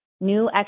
new